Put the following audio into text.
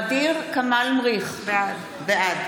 בעד ע'דיר כמאל מריח, בעד